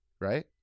right